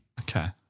okay